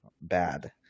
bad